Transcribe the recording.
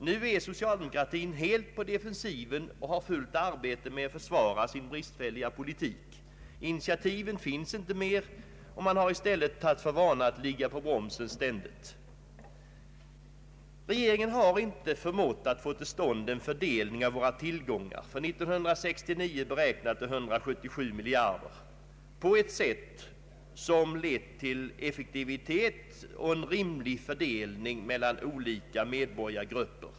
Nu är socialdemokratin helt på defensiven och har fullt arbete med att för svara sin bristfälliga politik. Initiativen finns inte mer, och man har i stället tagit för vana att ständigt ”ligga på bromsen”. Regeringen har inte förmått få till stånd en fördelning av våra tillgångar, för 1969 beräknade till 177 miljarder kronor, på ett sätt som lett till effektivitet och en rimlig fördelning mellan olika medborgargrupper.